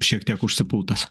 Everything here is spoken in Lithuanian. šiek tiek užsipultas